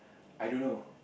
I don't know